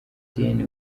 ideni